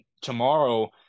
tomorrow